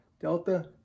Delta